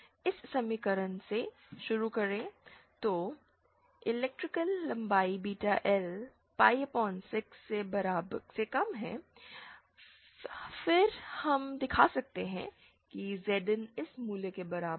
इस समीकरण से शुरू करे तो इलेक्ट्रिकल लंबाई बीटा L पाई 6 से कम है फिर हम दिखा सकते हैं कि Zin इस मूल्य के बराबर होगा